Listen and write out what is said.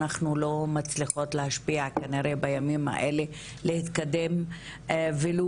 אנחנו לא מצליחות להשפיע כנראה בימים האלה להתקדם ולו